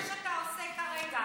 זה מה שאתה עושה כרגע.